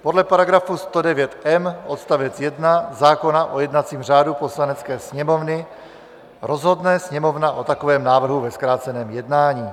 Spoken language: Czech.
Podle § 109m odstavec 1 zákona o jednacím řádu Poslanecké sněmovny rozhodne Sněmovna o takovém návrhu ve zkráceném jednání.